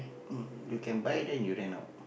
mm you can buy then you rent out